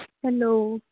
hello